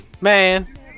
Man